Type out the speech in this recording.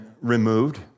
removed